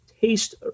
taste